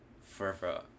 forever